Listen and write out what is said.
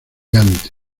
gante